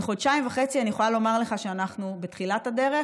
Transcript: בחודשיים וחצי אני יכולה לומר לך שאנחנו בתחילת הדרך,